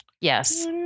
Yes